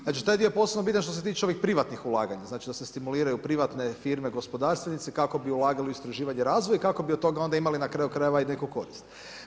Znači taj dio posla je bitan što se tiče ovih privatnih ulaganja, znači da se stimuliraju privatne firme, gospodarstvenici kako bi ulagali u istraživanje i razvoj i kako bi od toga onda imali na kraju krajeva i neku korist.